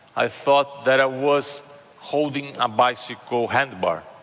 i thought that i was holding a bicycle handlebar,